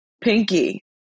Pinky